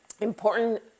important